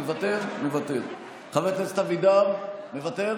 מוותר, חבר הכנסת אבידר, מוותר,